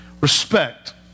Respect